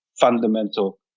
fundamental